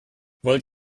wollt